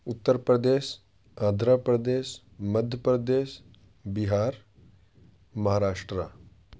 Uttar Pradesh Andhra Pradesh Madhya Pradesh Bihar Maharashtra